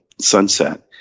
sunset